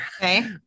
Okay